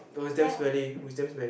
no it's damn smelly oh it's damn smelly